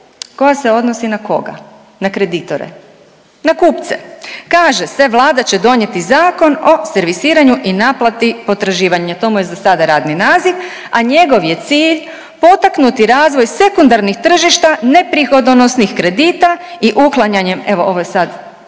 koja se odnosi na koga? Na kreditore, na kupce. Kaže se Vlada će donijeti Zakon o servisiranju i naplati potraživanja. To mu je za sada radni naziv, a njegov je cilj potaknuti razvoj sekundarnih tržišta neprihodonosnih kredita i uklanjanjem evo ovo je sad